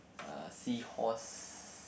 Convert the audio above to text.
uh seahorse